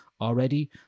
already